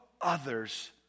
others